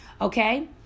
Okay